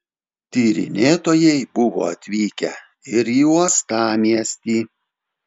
tyrinėtojai buvo atvykę ir į uostamiestį